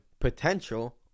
potential